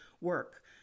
work